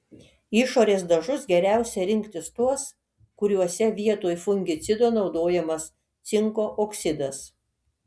išorės dažus geriausia rinktis tuos kuriuose vietoj fungicido naudojamas cinko oksidas